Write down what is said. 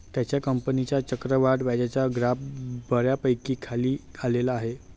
त्याच्या कंपनीचा चक्रवाढ व्याजाचा ग्राफ बऱ्यापैकी खाली आलेला आहे